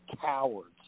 cowards